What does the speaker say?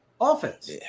offense